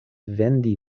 vendi